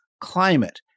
climate